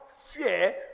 fear